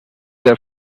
der